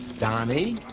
donny,